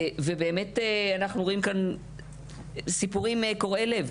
ואנחנו רואים כאן סיפורים קורעי לב.